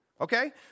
Okay